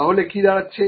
তাহলে কি দাঁড়াচ্ছে